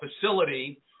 facility